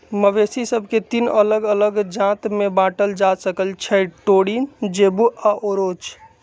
मवेशि सभके तीन अल्लग अल्लग जात में बांटल जा सकइ छै टोरिन, जेबू आऽ ओरोच